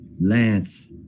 Lance